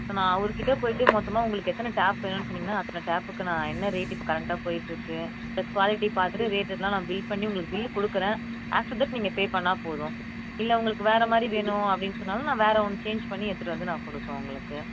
நான் அவர்கிட்ட போய்விட்டு மொத்தமாக உங்களுக்கு எத்தனை டேப் வேணும்னு சொன்னிங்கனால் நான் அத்தனை டேப்புக்கு நான் என்ன ரேட் இப்போ கரெண்ட்டாக போய்கிட்ருக்கு ப்ளஸ் குவாலிட்டி பார்த்துட்டு ரேட் எல்லாம் நான் பில் பண்ணி உங்களுக்கு பில்லு கொடுக்குறேன் ஆஃப்டர் தட் நீங்கள் பே பண்ணிணா போதும் இல்லை உங்களுக்கு வேறு மாதிரி வேணும் அப்படின்னு சொன்னாலும் நான் வேறு ஒன்று சேஞ்ச் பண்ணி எடுத்துகிட்டு வந்து நான் கொடுப்பேன் உங்களுக்கு